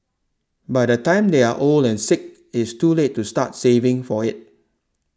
by the time they are old and sick it's too late to start saving for it